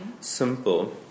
simple